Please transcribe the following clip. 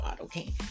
okay